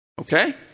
Okay